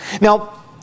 Now